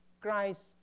Christ